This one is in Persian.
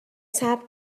صبر